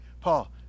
Paul